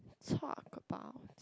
talk about